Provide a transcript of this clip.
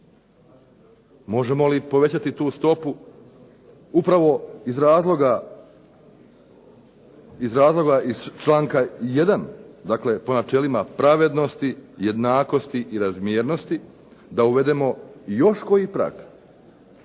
Možemo li povećati tu stopu upravo iz razloga iz članka 1. dakle po načelima pravednosti, jednakosti i razmjernosti da uvedemo još koji prag?